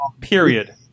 Period